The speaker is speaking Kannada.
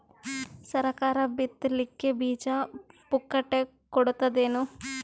ಸರಕಾರ ಬಿತ್ ಲಿಕ್ಕೆ ಬೀಜ ಪುಕ್ಕಟೆ ಕೊಡತದೇನು?